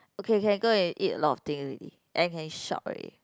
okay can go and eat a lot of thing already and can shop already